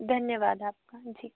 धन्यवाद आप का जी